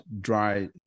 dry